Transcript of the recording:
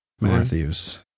Matthews